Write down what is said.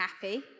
Happy